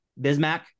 Bismack